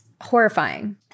Horrifying